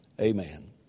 Amen